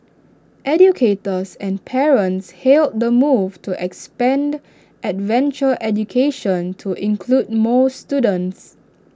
educators and parents hailed the move to expand adventure education to include more students